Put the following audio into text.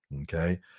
Okay